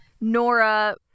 nora